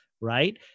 right